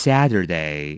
Saturday